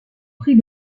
pris